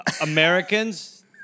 Americans